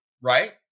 right